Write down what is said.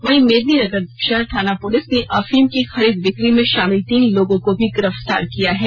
वहीं मेदिनीनगर शहर थाना पुलिस ने अफीम की खरीद बिक्री में शामिल तीन लोगों को भी गिरफ्तार किया है